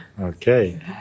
Okay